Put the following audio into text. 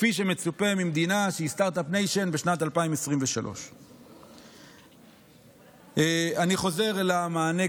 כפי שמצופה ממדינה שהיא סטרטאפ ניישן בשנת 2023. אני חוזר למענה,